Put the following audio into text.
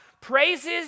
praises